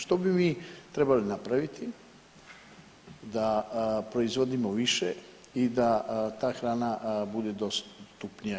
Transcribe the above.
Što bi mi trebali napraviti da proizvodimo više i da ta hrana bude dostupnija?